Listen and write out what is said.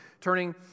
turning